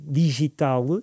digital